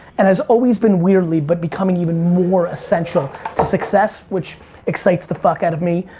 and it's always been weirdly, but becoming even more essential to success which excites the fuck out of me.